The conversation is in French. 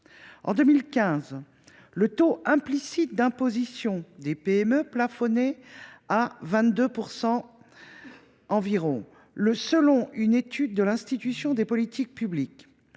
En 2015, le taux implicite d’imposition des PME plafonnait à 22 % environ, selon une étude de l’Institut des politiques publiques,